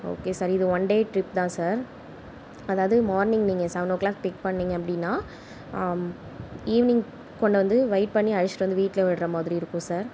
okay sir இது one day trip தான் sir அதாவது மார்னிங் நீங்கள் சவனோ கிளாக் பிக் பண்ணிணீங்க அப்படினா ஈவ்னிங் கொண்டு வந்து வெயிட் பண்ணி அழைச்சுட்டு வந்து வீட்டில் விடுகிற மாதிரி இருக்கும் சார்